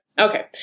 Okay